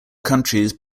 countries